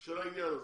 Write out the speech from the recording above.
של העניין הזה.